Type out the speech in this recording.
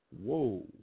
Whoa